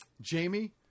Jamie